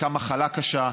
מחלה קשה.